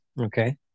Okay